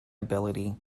ability